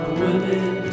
women